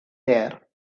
there